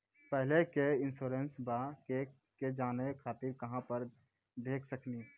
पहले के इंश्योरेंसबा के जाने खातिर कहां पर देख सकनी?